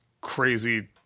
crazy